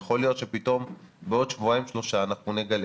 יכול להיות שפתאום בעוד שבועיים-שלושה אנחנו נגלה